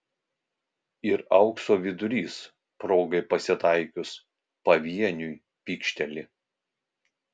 ir aukso vidurys progai pasitaikius pavieniui pykšteli